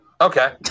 Okay